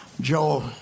Joe